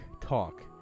talk